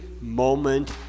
moment